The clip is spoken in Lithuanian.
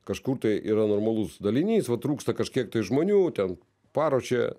kažkur tai yra normalus dalinys va trūksta kažkiek tai žmonių ten paruošė